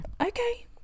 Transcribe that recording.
Okay